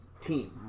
team